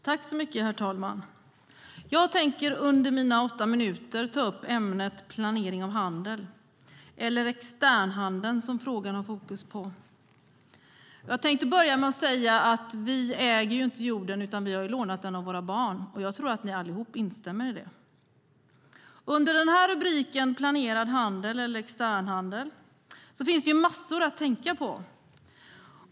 Herr talman! Jag tänker under mina åtta minuter ta upp ämnet planering av handel - eller externhandel, som frågan har fokus på. Jag vill börja med att säga att vi inte äger jorden, utan vi har lånat den av våra barn. Jag tror att ni allihop instämmer i detta. Under rubriken Planerad handel eller externhandel finns massor att tänka på.